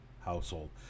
household